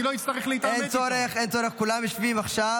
הוא כל היום משקר.